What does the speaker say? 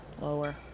lower